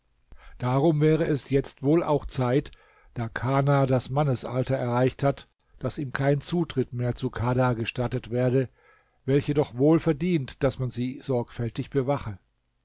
darum wäre es wohl jetzt auch zeit da kana das mannesalter erreicht hat daß ihm kein zutritt mehr zu kadha gestattet werde welche doch wohl verdient daß man sie sorgfältig bewache